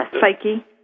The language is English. psyche